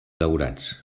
daurats